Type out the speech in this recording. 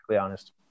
honest